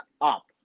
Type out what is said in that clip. up